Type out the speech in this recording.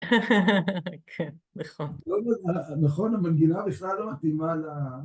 כן, נכון. נכון, המנגינה בכלל לא מתאימה ל...